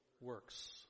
works